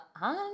on